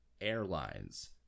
Airlines